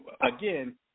again